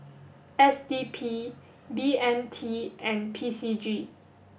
S D P B M T and P C G